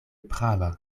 prava